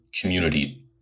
community